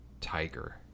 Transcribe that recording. tiger